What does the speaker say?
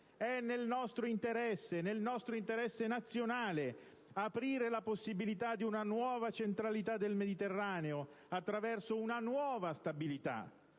e di progresso. È nel nostro interesse nazionale aprire la possibilità di una nuova centralità del Mediterraneo attraverso una nuova stabilità,